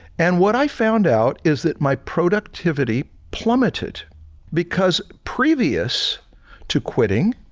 and what i found out is that my productivity plummeted because previous to quitting,